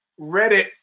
Reddit